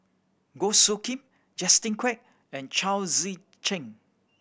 Goh Soo Khim Justin Quek and Chao Tzee Cheng